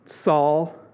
Saul